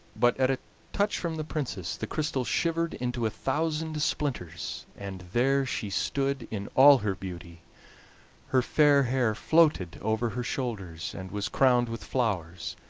but at a touch from the princess the crystal shivered into a thousand splinters, and there she stood in all her beauty her fair hair floated over her shoulders and was crowned with flowers,